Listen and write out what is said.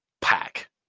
pack